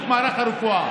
אדלשטיין.